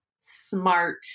smart